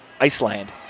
Iceland